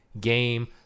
game